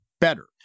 better